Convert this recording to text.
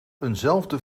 eenzelfde